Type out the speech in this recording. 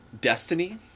Destiny